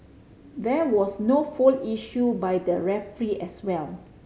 there was no foul issued by the referee as well